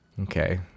Okay